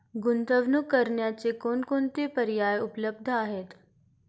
गुंतवणूक करण्याचे कोणकोणते पर्याय उपलब्ध आहेत?